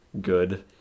good